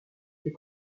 les